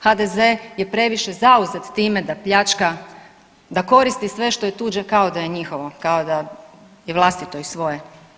HDZ je previše zauzet time da pljačka, da koristi sve što je tuđe kao da je njihovo, kao da je vlastito i svoje.